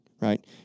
right